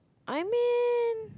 I mean